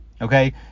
okay